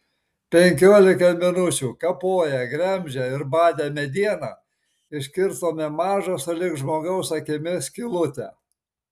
penkiolika minučių kapoję gremžę ir badę medieną iškirtome mažą sulig žmogaus akimi skylutę